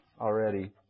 already